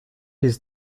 his